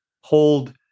hold